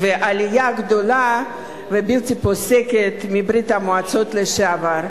ועלייה גדולה ובלתי פוסקת מברית-המועצות לשעבר,